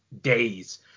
days